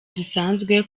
dusanzwe